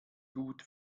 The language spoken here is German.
gut